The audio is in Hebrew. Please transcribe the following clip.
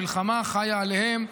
המלחמה חיה עליהם,